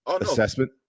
assessment